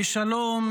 בשלום,